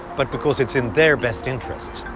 but because it's in their best interests.